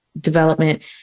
development